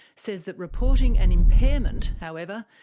says that reporting an impairment, however,